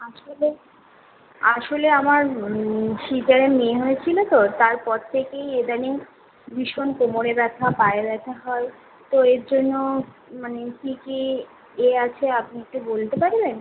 আসলে আসলে আমার সিজারে মেয়ে হয়েছিল তো তারপর থেকেই ইদানিং ভীষণ কোমরে ব্যথা পায়ে ব্যথা হয় তো এর জন্য মানে কী কী এ আছে আপনি একটু বলতে পারবেন